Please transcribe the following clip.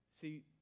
See